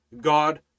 God